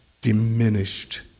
diminished